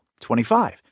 25